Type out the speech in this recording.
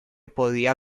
podía